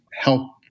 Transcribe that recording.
help